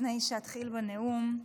לפני שאתחיל בנאום,